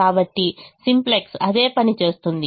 కాబట్టి సింప్లెక్స్ అదే పని చేస్తుంది